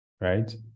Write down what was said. right